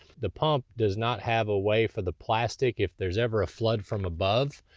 the pump does not have a way for the plastic if there's ever a flood from above,